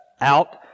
out